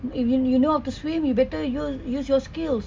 if you you know how to swim you better use use your skills